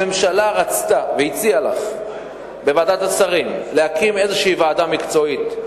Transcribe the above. הממשלה רצתה והציעה לך בוועדת השרים להקים איזו ועדה מקצועית,